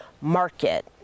market